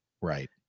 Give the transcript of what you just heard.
Right